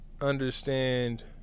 understand